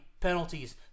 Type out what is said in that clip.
penalties